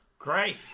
Great